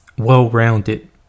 well-rounded